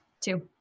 Two